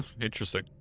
interesting